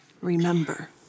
Remember